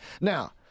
now